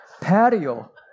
patio